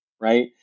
right